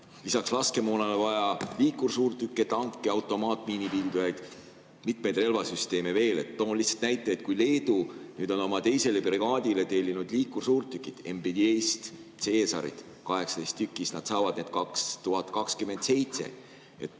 lisaks laskemoonale vaja liikursuurtükke, tanke, automaatmiinipildujaid, mitmeid relvasüsteeme veel. Toon lihtsalt näite, et kui Leedu nüüd on oma teisele brigaadile tellinud liikursuurtükid MBDA‑st, CAESAR-id, 18 tükki, siis nad saavad need 2027.